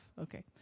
Okay